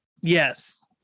Yes